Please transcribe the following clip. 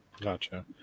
Gotcha